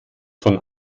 von